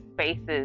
spaces